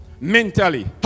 mentally